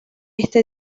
este